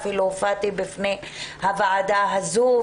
אפילו הופעתי בפני הוועדה הבין-משרדית,